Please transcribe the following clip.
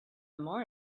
more